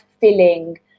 filling